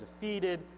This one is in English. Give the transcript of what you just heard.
defeated